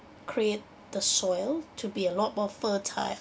create the soil to be a lot more fertile